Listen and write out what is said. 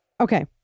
Okay